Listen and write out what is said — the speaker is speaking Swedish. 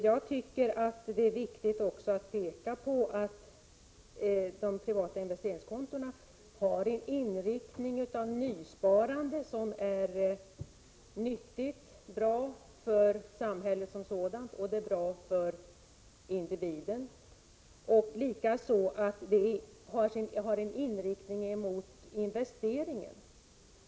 Jag tycker också det är viktigt att peka på att de privata investeringskontona har en inriktning på nysparande, som är nyttig och bra för samhället som sådant. Det är dessutom bra för individen och har en inriktning mot investeringar.